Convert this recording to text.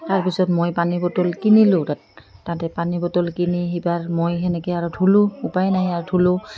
তাৰ পিছত মই পানী বটল কিনিলোঁ তাত তাতে পানী বটল কিনি সেইবাৰ মই সেনেকৈ আৰু ধোলোঁ উপায় নাই আৰু ধোলোঁ